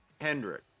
Hendrick